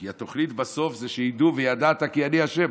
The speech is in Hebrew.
כי התוכנית בסוף שידעו, "וידעת כי אני ה'".